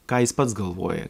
ką jis pats galvoja